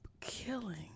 killing